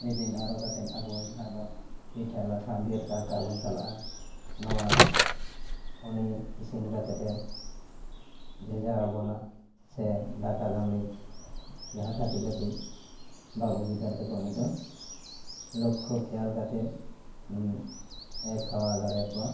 ᱤᱥᱤᱱ ᱟᱨᱚ ᱠᱟᱛᱮᱫ ᱟᱵᱚ ᱡᱟᱦᱟᱸ ᱫᱚ ᱯᱤᱴᱷᱟ ᱞᱟᱴᱷᱟ ᱵᱤᱨ ᱠᱟᱨᱠᱟᱵᱚᱱ ᱪᱟᱞᱟᱜᱼᱟ ᱱᱚᱣᱟ ᱩᱱᱤ ᱤᱥᱤᱱ ᱠᱟᱛᱮᱫ ᱮ ᱵᱷᱮᱡᱟᱣᱟᱵᱚᱱᱟ ᱥᱮ ᱫᱟᱠᱟ ᱫᱟᱜᱼᱢᱟᱹᱲᱤ ᱡᱟᱦᱟᱸ ᱠᱟᱹᱴᱤᱜ ᱠᱟᱹᱴᱤᱜ ᱵᱟᱹᱵᱩ ᱜᱤᱫᱟᱹᱨ ᱛᱟᱠᱚ ᱩᱱᱤ ᱫᱚ ᱞᱳᱠᱠᱷᱳ ᱠᱷᱮᱭᱟᱞ ᱠᱟᱛᱮᱫ ᱮ ᱠᱷᱟᱣᱟ ᱫᱟᱲᱮᱣ ᱠᱚᱣᱟ